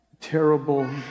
terrible